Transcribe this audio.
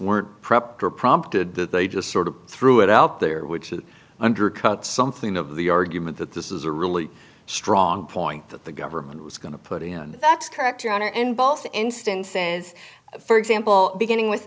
were prepped or prompted that they just sort of threw it out there which it undercuts something of the argument that this is a really strong point that the government was going to put in that's correct your honor and both instances for example beginning with